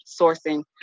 sourcing